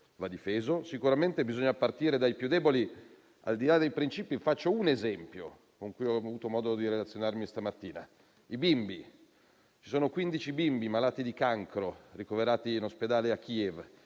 va difeso. Sicuramente bisogna partire dai più deboli. Al di là dei principi faccio un esempio, con cui ho avuto modo di relazionarmi stamattina: i bimbi. Ci sono quindici bimbi malati di cancro ricoverati in ospedale a Kiev